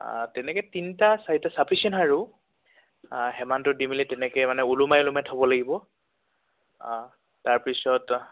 তেনেকৈ তিনিটা চাৰিটা চাফিচিয়েণ্ট আৰু সিমানটোত দি মেলি তেনেকৈ মানে ওলোমাই ওলোমাই থ'ব লাগিব তাৰপিছত